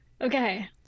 Okay